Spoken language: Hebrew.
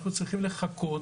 אנחנו צריכים לחכות,